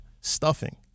stuffing